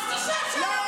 לכם מותר -- די כבר,